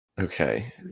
Okay